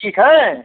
ठीक है